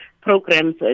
programs